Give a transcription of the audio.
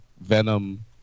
Venom